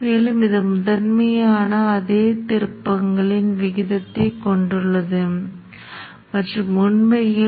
இப்போது நீங்கள் மின்மாற்றி பகுதிக்கு வந்தால் மின்மாற்றி என்பது லீனியர் மின்மாற்றி மாதிரியான பைய்ஸ் வழங்கும் வழக்கமான மின்மாற்றி அல்ல